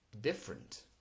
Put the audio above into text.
different